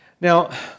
Now